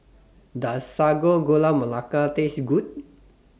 Does Sago Gula Melaka Taste Good